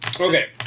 Okay